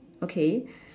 okay